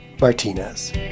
Martinez